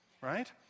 Right